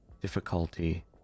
Difficulty